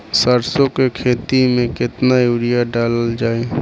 सरसों के खेती में केतना यूरिया डालल जाई?